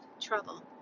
trouble